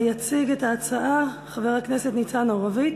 יציג את ההצעה חבר הכנסת ניצן הורוביץ.